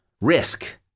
risk